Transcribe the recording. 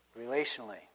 relationally